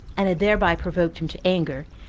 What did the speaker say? and had thereby provoked him to anger,